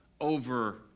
over